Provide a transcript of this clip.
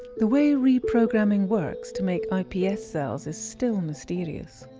the way reprogramming works to make ips cells is still mysterious.